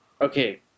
Okay